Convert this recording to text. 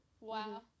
Wow